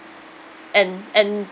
and and